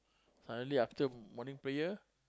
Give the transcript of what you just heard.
suddenly after morning prayer